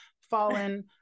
Fallen